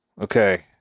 Okay